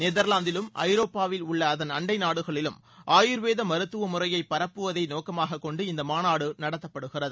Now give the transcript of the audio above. நெதர்லாந்திலும் ஐரோப்பாவில் உள்ள அதன் அண்டை நாடுகளிலும் ஆயுர்வேத மருத்துவமுறையை பரப்புவதே நோக்கமாக கொண்டு இந்த மாநாடு நடத்தப்படுகிறது